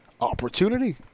opportunity